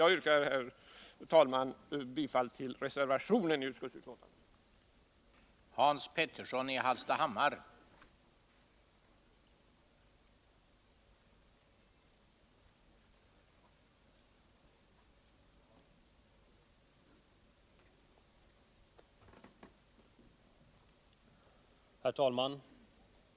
Jag yrkar bifall till den socialdemokratiska reservation som är fogad vid detta betänkande.